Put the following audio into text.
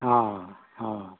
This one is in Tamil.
ஆ ஆ